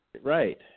Right